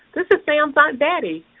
this is sam's aunt betty.